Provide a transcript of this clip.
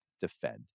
defend